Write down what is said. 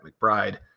mcbride